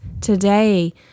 today